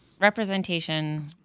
Representation